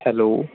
hello